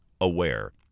aware